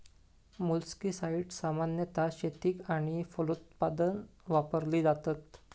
मोलस्किसाड्स सामान्यतः शेतीक आणि फलोत्पादन वापरली जातत